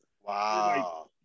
Wow